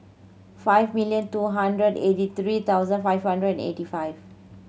five million two hundred eighty three thousand five hundred and eighty five